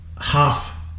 half